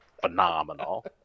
phenomenal